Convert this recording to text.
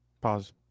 Pause